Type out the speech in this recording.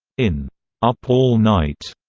in up all night,